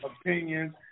opinions